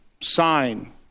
sign